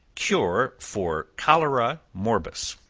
cure for cholera morbus.